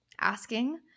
asking